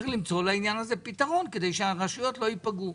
צריך למצוא לעניין הזה פתרון כדי שהרשויות לא ייפגעו.